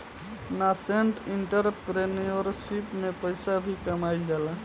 nascent entrepreneurship में पइसा भी कामयिल जाला